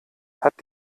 hat